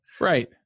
Right